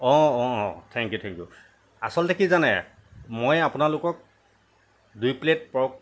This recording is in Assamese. অ' অ' থেংকিউ থেংকিউ আচলতে কি জানে মই আপোনালোকক দুই প্লেট পৰ্ক